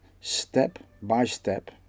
step-by-step